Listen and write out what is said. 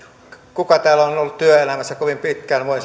kuka täällä on ollut työelämässä kovin pitkään voi